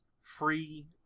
free